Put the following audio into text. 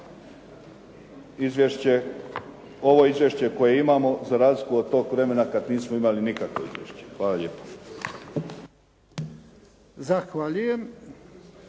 bolje već ovo izvješće koje imamo za razliku od tog vremena kad nismo imali nikakvo izvješće. Hvala lijepo. **Jarnjak,